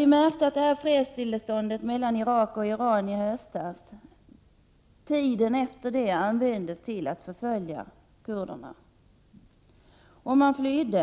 Vi märkte att tiden efter fredsöverenskommelsen mellan Iran och Irak i höstas användes till att förfölja kurderna. Kurderna flydde